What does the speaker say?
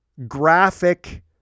Graphic